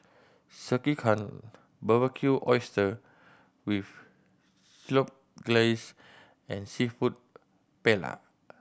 Sekihan Barbecued Oyster with Chipotle Glaze and Seafood Paella